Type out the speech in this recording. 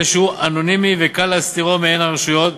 שהוא אנונימי וקל להסתירו מעין הרשויות,